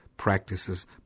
Practices